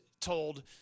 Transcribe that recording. told